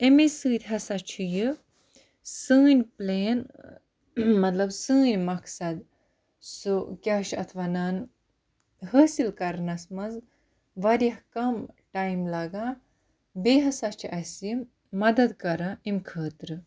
امے سۭتۍ ہَسا چھُ یہِ سٲنۍ پٕلین مطلب سٲنۍ مقصد سُہ کیٛاہ چھُ اَتھ وَنان حٲصِل کَرنَس منٛز واریاہ کَم ٹایِم لَگان بیٚیہِ ہَسا چھِ اَسہِ یہِ مَدَد کَران امہِ خٲطرٕ